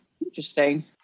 Interesting